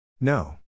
No